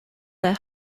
their